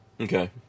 okay